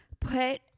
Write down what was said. put